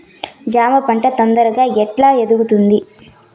జామ పంట తొందరగా ఎట్లా ఎదుగుతుంది?